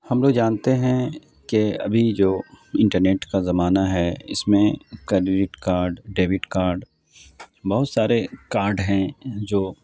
ہم لوگ جانتے ہیں کہ ابھی جو انٹرنیٹ کا زمانہ ہے اس میں کڈیڈٹ کاڈ ڈیبٹ کاڈ بہت سارے کاڈ ہیں جو